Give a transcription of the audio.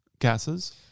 gases